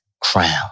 crown